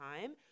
time